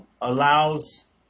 allows